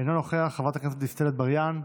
אינו נוכח, חברת הכנסת דיסטל אטבריאן,